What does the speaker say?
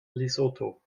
lesotho